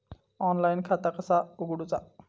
Online खाता कसा उगडूचा?